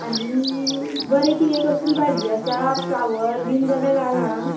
आनी बरें कितें कसली भाजी आसा फ्लावर बी जाल्यार घाल आं